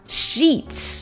sheets